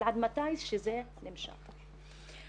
אבל עד מתי זה נמשך ככה?